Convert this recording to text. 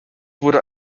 wurde